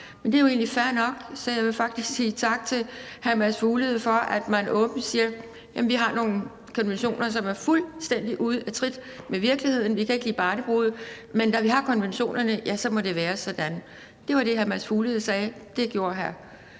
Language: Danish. Men det er jo egentlig fair nok, så jeg vil egentlig sige tak til hr. Mads Fuglede for, at han åbent siger, at vi har nogle konventioner, som er fuldstændig ude af trit med virkeligheden. Vi kan ikke lide barnebrude, men da vi har konventionerne, ja, så må det være sådan. Det var det, hr. Mads Fuglede sagde. Det gjorde hr.